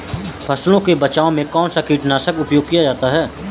फसलों के बचाव में कौनसा कीटनाशक का उपयोग किया जाता है?